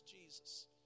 Jesus